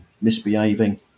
misbehaving